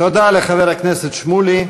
תודה לחבר הכנסת שמולי.